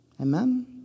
Amen